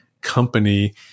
company